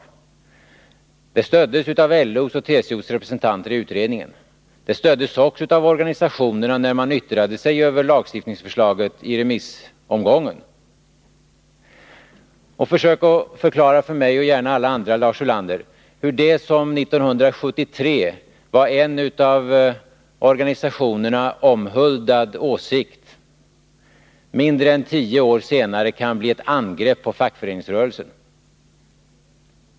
Förslaget stöddes av LO:s och TCO:s representanter i utredningen. Det stöddes också av organisationerna när de i remissomgången yttrade sig över lagstiftningsförslaget. Försök, Lars Ulander, förklara för mig och gärna för alla andra hur det som 1973 var en av organisationerna omhuldad åsikt mindre än tio år senare kan bli ett angrepp på fackföreningsrörelsen!